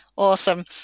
Awesome